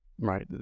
right